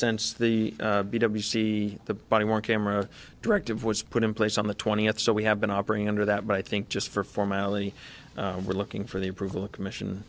since the b to b c the bodywork camera directive was put in place on the twentieth so we have been operating under that but i think just for formality we're looking for the approval of commission